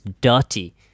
dirty